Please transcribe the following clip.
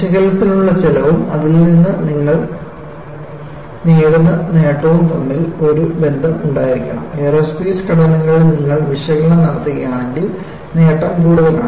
വിശകലനത്തിനുള്ള ചെലവും അതിൽ നിന്ന് നിങ്ങൾ നേടുന്ന നേട്ടവും തമ്മിൽ ഒരു ബന്ധം ഉണ്ടായിരിക്കണം എയ്റോസ്പേസ് ഘടനകളിൽ നിങ്ങൾ വിശകലനം നടത്തുകയാണെങ്കിൽ നേട്ടം കൂടുതലാണ്